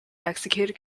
executed